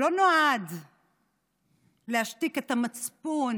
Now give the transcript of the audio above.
שלא נועד להשתיק את המצפון